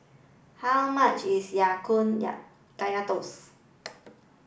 how much is Ya Kun Ya Kaya Toast